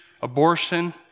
abortion